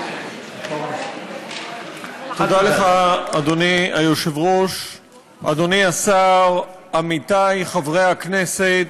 היושב-ראש, תודה לך, אדוני השר, עמיתי חברי הכנסת,